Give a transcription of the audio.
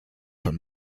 von